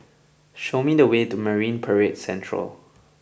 show me the way to Marine Parade Central